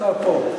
השר פה.